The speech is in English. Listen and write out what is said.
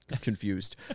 confused